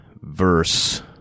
verse